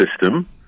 system